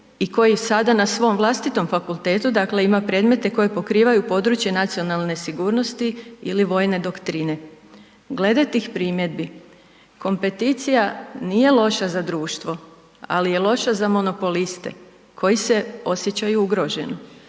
i koji ih sada na svom vlastitom fakultetu, dakle ima predmete koji pokrivaju područje nacionalne sigurnosti ili vojne doktrine. Glede tih primjedbi kompeticija nije loša za društvo, ali je loša za monopoliste koji se osjećaju ugroženo.